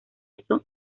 eso